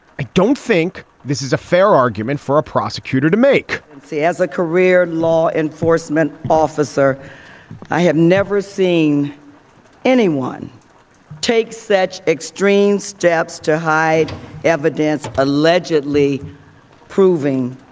i don't think this is a fair argument for a prosecutor to make and see as a career law enforcement officer i have never seen anyone take such extreme steps to hide evidence allegedly proving